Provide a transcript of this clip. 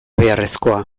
beharrezkoa